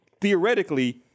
theoretically